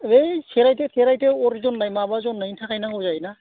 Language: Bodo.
ऐ सेरायथो थेरायथो अर जन्नाय माबा जन्नायनि थाखाय नांगौ जायोना